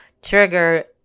trigger